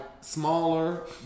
smaller